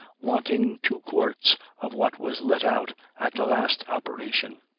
wanting two quarts of what was let out at the last operation.